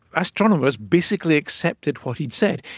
astronomers basically accepted what he had said.